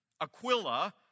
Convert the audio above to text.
Aquila